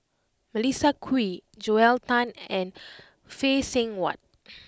Melissa Kwee Joel Tan and Phay Seng Whatt